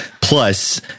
Plus